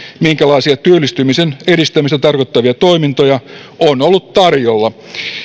minkälaisia työllistymisen edistämistä tarkoittavia toimintoja on ollut tarjolla